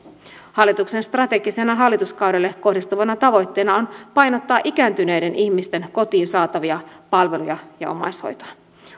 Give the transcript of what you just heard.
hallituksen strategisena hallituskaudelle kohdistuvana tavoitteena on painottaa ikääntyneiden ihmisten kotiin saatavia palveluja ja omaishoitoa